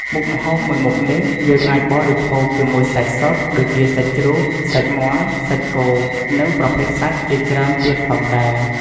មុខម្ហូបមួយមុខនេះ យើងអាចបរិភោគជាមួយសាច់សុទ្ធ ដូចជាសាច់ជ្រូក សាច់មាន់ សាច់គោនិងប្រភេទសាច់ជាច្រើនទៀតផងដែរ។